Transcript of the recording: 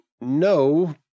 no